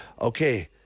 Okay